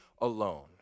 alone